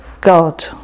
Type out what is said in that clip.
God